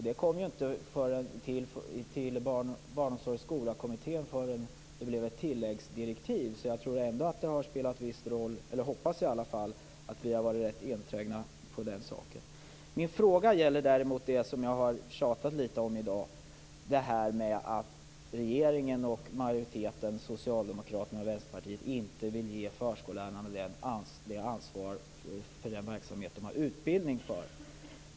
Detta kom inte till Barnomsorg och skolakommittén förrän det blev ett tilläggsdirektiv, så jag hoppas att vi har varit enträgna med detta och att det spelat en viss roll. Min fråga gäller det som jag har tjatat en del om i dag, att regeringen och utskottsmajoriteten, socialdemokraterna och Vänsterpartiet, inte vill ge förskollärarna ansvar för den verksamhet som de har utbildning för.